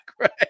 right